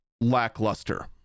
lackluster